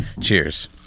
Cheers